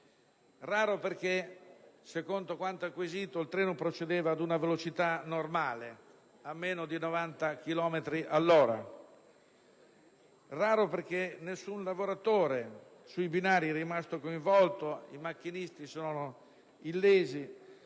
Raro perché, secondo quanto acquisito, il treno procedeva ad una velocità normale, a meno di 90 chilometri all'ora; raro perché nessun lavoratore sui binari è rimasto coinvolto, i macchinisti sono illesi